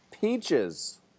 peaches